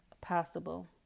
Possible